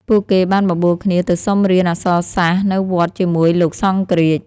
ពួកគេបានបបួលគ្នាទៅសុំរៀនអក្សរសាស្ត្រនៅវត្តជាមួយលោកសង្ឃរាជ។